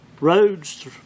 roads